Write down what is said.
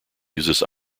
uses